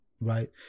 Right